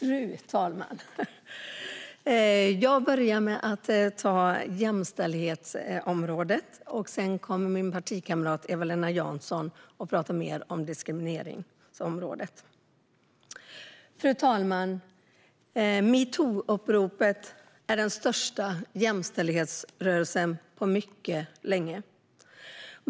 Fru talman! Jag börjar med att tala om jämställdhetsområdet, och sedan kommer min partikamrat Eva-Lena Jansson att tala om diskrimineringsområdet. Fru talman! Metoo-uppropet är den största jämställdhetsrörelsen på mycket länge.